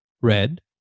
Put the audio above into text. red